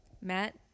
Matt